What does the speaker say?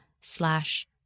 slash